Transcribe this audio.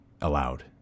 allowed